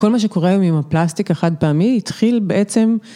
כל מה שקורה היום עם הפלסטיק החד פעמי, התחיל בעצם...